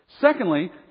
Secondly